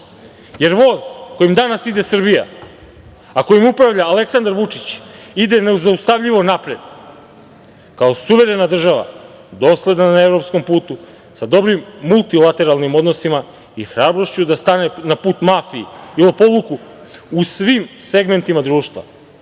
jer voz kojim danas ide Srbija, a kojim upravlja Aleksandar Vučić, ide nezaustavljivo napred. Kao suverena država, dosledna evropskom putu, sa dobrim multilateralnim odnosima i hrabrošću da stane na put mafiji i lopovluku u svim segmentima društva,